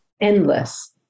Endless